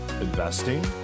investing